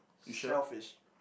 shellfish